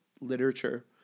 literature